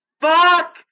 Fuck